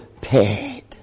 paid